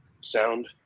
sound